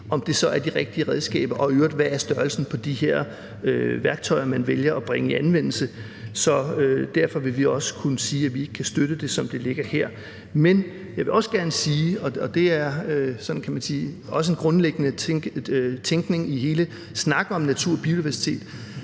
om det så er de rigtige redskaber, man vil anvende, og i øvrigt hvad størrelsen på de værktøjer, man vælger at bringe i anvendelse, er. Så derfor vil vi også kunne sige, at vi ikke kan støtte det, som det ligger her. Men når vi nu er inde på økonomien, vil jeg også gerne sige – og det er også en grundlæggende tankegang i hele snakken om natur og biodiversitet